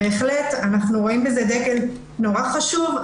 אנחנו רואים בזה דגל מאוד חשוב.